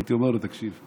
הייתי אומר לו: תקשיב,